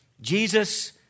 Jesus